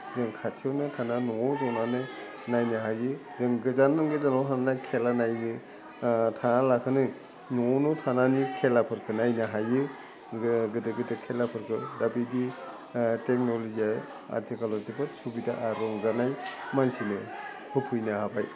जों खाथियावनो थानानै न'वाव जनानै नायनो हायो जों गोजानाव गोजानाव थांनाय खेला नायो थाङा लाखानो न'वावनो थानानै खेलाफोरखो नायनो हायो गोदोर गोदोर खेलाफोरखो दा बिदि टेक्न'लजिया आथिखालाव जोबोद सुबिदा आरो रंजानाय मानसिनो होफैनो हाबाय